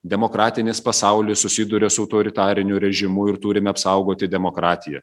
demokratinis pasaulis susiduria su autoritariniu režimu ir turim apsaugoti demokratiją